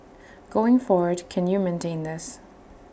going forward can you maintain this